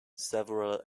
several